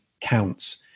counts